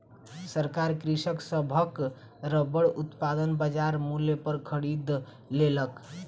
सरकार कृषक सभक रबड़ उत्पादन बजार मूल्य पर खरीद लेलक